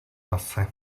asi